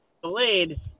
delayed